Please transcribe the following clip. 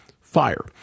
fire